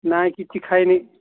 ନାଇଁ କିଛି ଖାଇନି